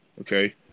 Okay